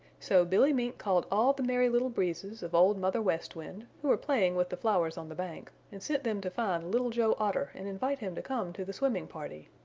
so billy mink called all the merry little breezes of old mother west wind, who were playing with the flowers on the bank, and sent them to find little joe otter and invite him to come to the swimming party.